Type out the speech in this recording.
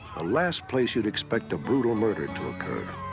ah last place you'd expect a brutal murder to occur.